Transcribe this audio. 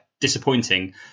disappointing